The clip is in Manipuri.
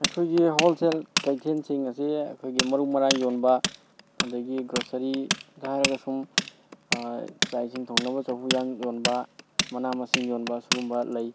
ꯑꯩꯈꯣꯏꯒꯤ ꯍꯣꯜꯁꯦꯜ ꯀꯩꯊꯦꯜꯁꯤꯡ ꯑꯁꯤ ꯑꯩꯈꯣꯏꯒꯤ ꯃꯔꯨ ꯃꯔꯥꯡ ꯌꯣꯟꯕ ꯑꯗꯒꯤ ꯒ꯭ꯔꯣꯁꯔꯤꯗ ꯍꯥꯏꯔꯒ ꯁꯨꯝ ꯆꯥꯛ ꯏꯁꯤꯡ ꯊꯣꯡꯅꯕ ꯆꯐꯨ ꯎꯌꯥꯟ ꯌꯣꯟꯕ ꯃꯅꯥ ꯃꯁꯤꯡ ꯌꯣꯟꯕ ꯁꯨꯒꯨꯝꯕ ꯂꯩ